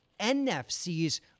NFC's